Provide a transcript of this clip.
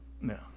No